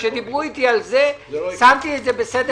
כשדיברו איתי על זה שמתי את זה בסדר